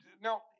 Now